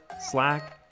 slack